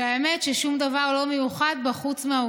והאמת היא ששום דבר לא מיוחד בה,